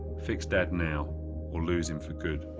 fix dad now or lose him for good.